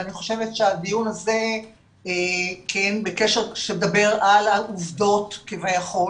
ואני חושבת שהדיון הזה שמדבר על העובדות כביכול